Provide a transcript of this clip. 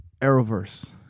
Arrowverse